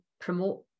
promote